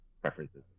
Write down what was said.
preferences